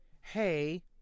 hey